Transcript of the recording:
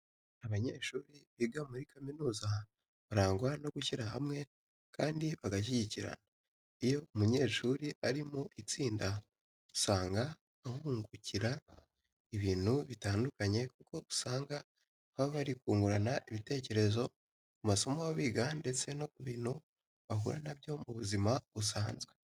Abanyeshuri biga muri kaminuza barangwa no gushyira hamwe kandi bagashyigikirana. Iyo umunyeshuri ari mu itsinda usanga ahungukira ibintu bitandukanye kuko usanga baba bari kungurana ibitekerezo ku masomo baba biga ndetse no ku bintu bahura na byo mu buzima busanzwe.